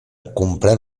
comprèn